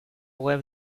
web